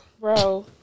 Bro